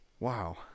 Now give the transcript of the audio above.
wow